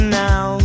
now